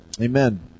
Amen